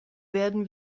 werden